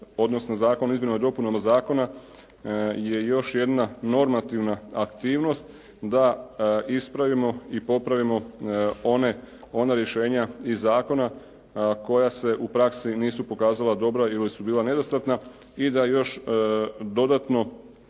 odnosno zakon o izmjenama i dopunama zakona je još jedna normativna aktivnost da ispravimo i popravimo ona rješenja iz zakona koja se u praksi nisu pokazala dobra ili su bila nedostatna i da još dodatno